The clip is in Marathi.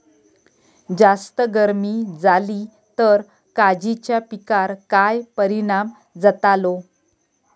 जास्त गर्मी जाली तर काजीच्या पीकार काय परिणाम जतालो?